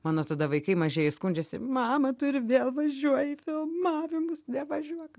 mano tada vaikai mažieji skundžiasi mama tu ir vėl važiuoji į filmavimus nevažiuok